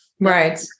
Right